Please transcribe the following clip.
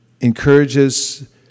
encourages